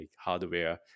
hardware